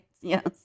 Yes